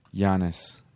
Giannis